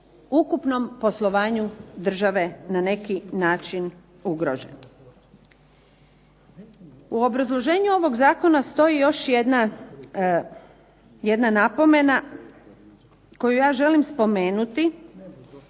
ukupnom poslovanju države na neki način ugroženi. U obrazloženju ovog zakona stoji još jedna napomena koju ja želim spomenuti